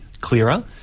clearer